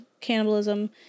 cannibalism